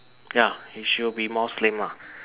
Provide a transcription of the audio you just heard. ya it she will be more slim ah